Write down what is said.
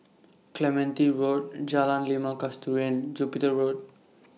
Clementi Road Jalan Limau Kasturi and Jupiter Road